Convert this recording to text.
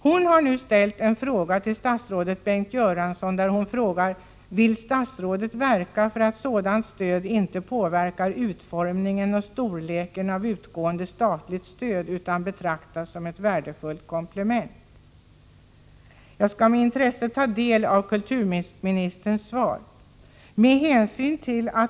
Hon har nu ställt följande fråga till statsrådet Bengt Göransson: ”Vill statsrådet verka för att sådant stöd inte påverkar utformningen och storleken av utgående statligt stöd utan betraktas som ett värdefullt komplement?” Jag skall med intresse ta del av kulturministerns svar.